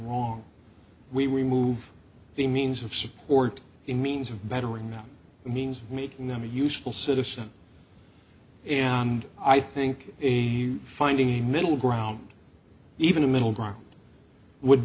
wrong we remove the means of support in means of bettering that means making them a useful citizen and i think a finding a middle ground even a middle ground would